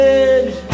edge